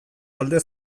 alde